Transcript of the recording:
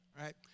right